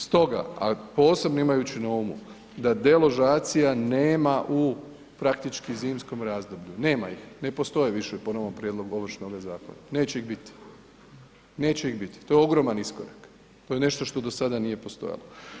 Stoga, a posebno imajući na umu da deložacija nema u praktički zimskom razdoblju, nema ih, ne postoje više po novom prijedlogu Ovršnoga zakona, neće ih biti neće ih biti, to je ogroman iskorak, to je nešto što do sada nije postojalo.